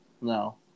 No